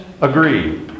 agree